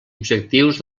objectius